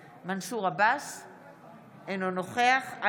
מתחילים משהו בסדר גודל כל כך גדול,